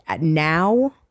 Now